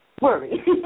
Worry